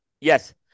Yes